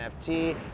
NFT